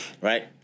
right